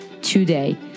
today